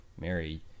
Mary